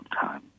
time